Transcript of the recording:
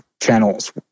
channels